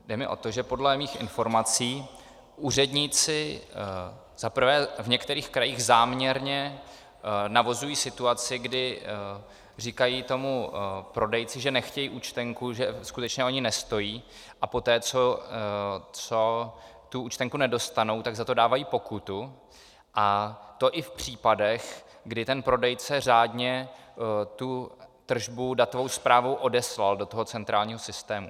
Jde mi o to, že podle mých informací úředníci za prvé v některých krajích záměrně navozují situaci, kdy říkají tomu prodejci, že nechtějí účtenku, že skutečně o ni nestojí, a poté co tu účtenku nedostanou, tak za to dávají pokutu, a to i v případech, kdy ten prodejce řádně tu tržbu datovou zprávou odeslal do centrálního systému.